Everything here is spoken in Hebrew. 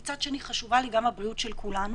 מצד שני חשובה לי גם הבריאות של כולנו.